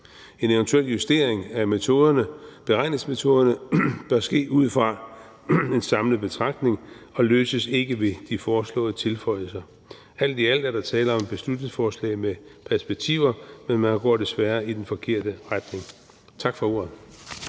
En eventuel justering af beregningsmetoderne bør ske ud fra en samlet betragtning og løses ikke ved de foreslåede tilføjelser. Alt i alt er der tale om et beslutningsforslag med perspektiver, men man går desværre i den forkerte retning. Tak for ordet.